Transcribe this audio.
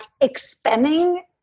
expanding